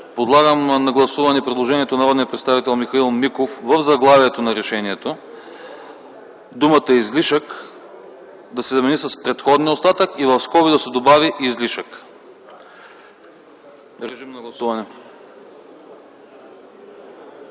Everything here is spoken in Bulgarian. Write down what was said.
Подлагам на гласуване предложението на народния представител Михаил Миков в заглавието на решението думата „излишък” да се замени с „преходния остатък” и в скоби да се добави „излишък”.